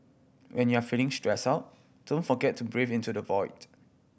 when you are feeling stressed out don't forget to breathe into the void